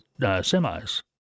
semis